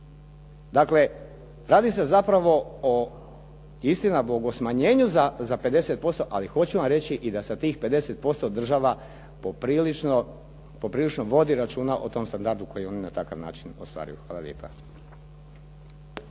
Dakle, radi se zapravo o istina Bog, o smanjenju za 50% ali hoću vam reći da i sa tih 50% država poprilično vodi računa o tom standardu koji oni na takav način ostvaruju. Hvala lijepa.